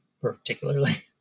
particularly